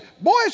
Boys